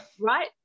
Right